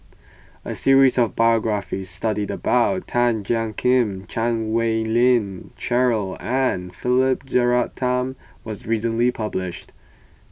a series of biographies study about Tan Jiak Kim Chan Wei Ling Cheryl and Philip Jeyaretnam was recently published